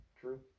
True